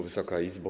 Wysoka Izbo!